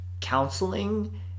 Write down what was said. counseling